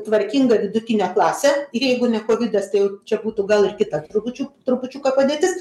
tvarkingą vidutinę klasę ir jeigu ne kovidas tai jau čia būtų gal ir kita trupučiu trupučiuką padėtis